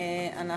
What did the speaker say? תודה,